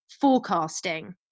forecasting